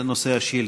זה נושא השאילתה.